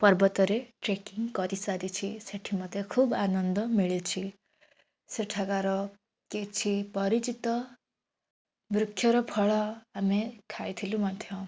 ପର୍ବତରେ ଟ୍ରେକିଂ କରି ସାରିଛି ସେଠି ମୋତେ ଖୁବ୍ ଆନନ୍ଦ ମିଳୁଛି ସେଠାକାର କିଛି ପରିଚିତ ବୃକ୍ଷର ଫଳ ଆମେ ଖାଇଥିଲୁ ମଧ୍ୟ